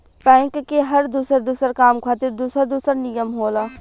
bank के हर दुसर दुसर काम खातिर दुसर दुसर नियम होला